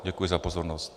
Děkuji za pozornost.